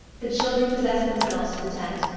the children possessed themselves of the tent,